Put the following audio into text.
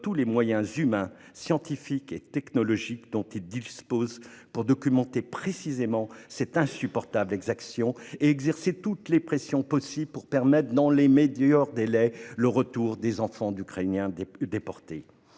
tous les moyens humains, scientifiques et technologiques dont ils disposent pour documenter précisément ces insupportables exactions. Il importe d'exercer toutes les pressions possibles pour permettre dans les meilleurs délais le retour des enfants ukrainiens déportés.